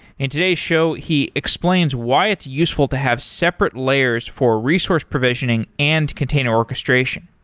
in today's show, he explains why it's useful to have separate layers for resource provisioning and container orchestration.